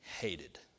hated